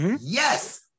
Yes